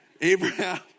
Abraham